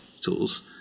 tools